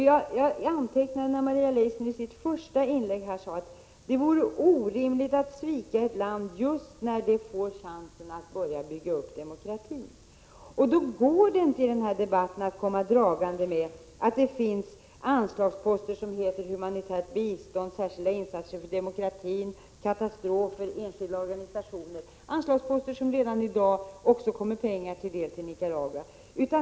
Jag antecknade att Maria Leissner i sitt första inlägg sade att det vore orimligt att svika ett land just när det får chansen att börja bygga upp demokratin. Då går det inte att i den här debatten komma dragande med att det finns anslagsposter som heter Humanitärt bistånd, Särskilda insatser för demokratin och Katastrofbistånd och bistånd genom enskilda organisationer, anslagsposter ur vilka det redan i dag kommer pengar till Nicaragua.